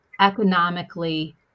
economically